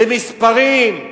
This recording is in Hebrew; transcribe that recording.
במספרים.